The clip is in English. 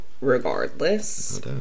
regardless